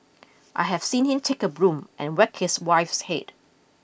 I have seen him take a broom and whack his wife's head